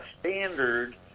standard